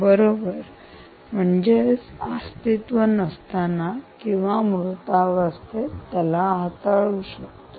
बरोबर म्हणजेच अस्तित्व नसताना केव्हा मृतावस्थेत हाताळू शकतो